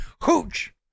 hooch